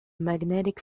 magnetic